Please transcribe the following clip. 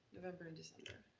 november and december.